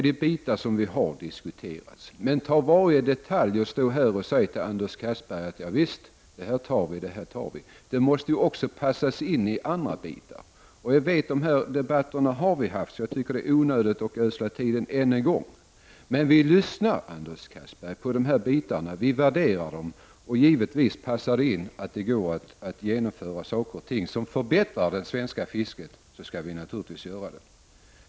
Dessa tankar har diskuterats, men man kan inte stå här och säga detalj för detalj vad som skall antas. Det måste också passas in i sammanhanget med andra bitar. Vi har fört dessa debatter, och därför tycker jag att det är onödigt att än en gång ödsla tid på dem. Men vi lyssnar, Anders Castberger, på de olika förslagen och värderar dem. Går det att passa in förslagen så att man kan vidta åtgärder som förbättrar det svenska fisket, skall vi naturligtvis göra det.